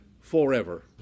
forever